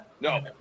No